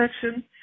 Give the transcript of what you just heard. section